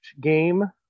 game